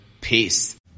Peace